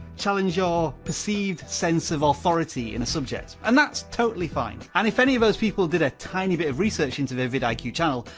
challenge your perceived sense of authority in a subject, and that's totally fine. and if any of those people did a tiny bit of research into their vidiq channel,